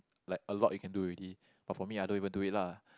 like a lot you can do already but for me I don't even do it lah